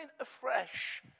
afresh